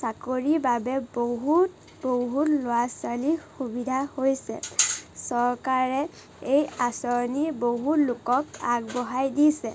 চাকৰিৰ বাবে বহুত বহুত ল'ৰা ছোৱালীৰ সুবিধা হৈছে চৰকাৰে এই আঁচনি বহুত লোকক আগবঢ়াই দিছে